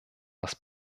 was